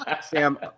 Sam